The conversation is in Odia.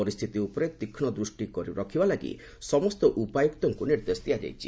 ପରିସ୍ଥିତି ଉପରେ ତୀକ୍ଷ୍ମ ଦୃଷ୍ଟି କରିବା ଲାଗି ସମସ୍ତ ଉପାୟୁକ୍ତଙ୍କୁ ନିର୍ଦ୍ଦେଶ ଦିଆଯାଇଛି